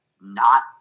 not-